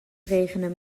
regenen